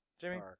Jimmy